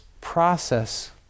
process